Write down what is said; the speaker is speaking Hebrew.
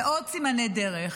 ועוד סימני דרך.